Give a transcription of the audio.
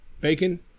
bacon